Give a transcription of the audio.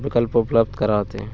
विकल्प उपलब्ध कराते हैं